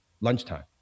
lunchtime